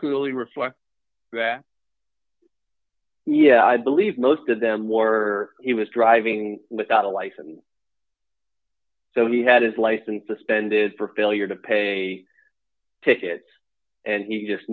clearly reflect that yeah i believe most of them were he was driving without a license so he had his license suspended for failure to pay a ticket and he just